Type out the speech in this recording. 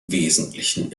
wesentlichen